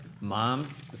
Moms